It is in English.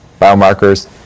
biomarkers